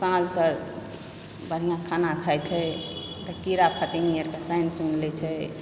साँझकऽ बढ़िआँ खाना खाइत छै तऽ कीड़ा फतंगी अरके सानि सुनि लैत छै